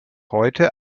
heute